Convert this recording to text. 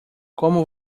como